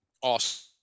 Awesome